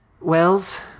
Wells